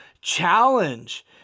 challenge